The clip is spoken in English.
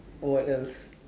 what else